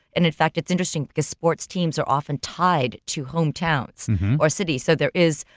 and in fact, it's interesting because sports teams are often tied to hometowns or cities, so there is,